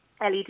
LED